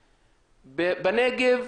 בנגב,